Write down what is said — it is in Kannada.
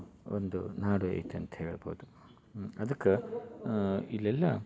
ಒಂದು ನಾಡು ಐತಿ ಅಂತ ಹೇಳ್ಬೋದು ಅದಕ್ಕೆ ಇಲ್ಲೆಲ್ಲ